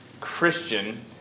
Christian